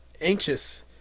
anxious